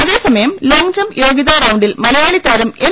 അതേസമയം ലോങ്ജംപ് യോഗൃതാ റൌണ്ടിൽ മലയാളി താരം എം